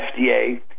FDA